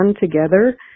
together